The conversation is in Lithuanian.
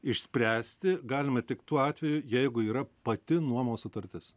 išspręsti galima tik tuo atveju jeigu yra pati nuomos sutartis